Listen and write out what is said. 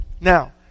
Now